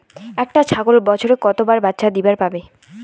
একটা ছাগল বছরে কতবার বাচ্চা দিবার পারে?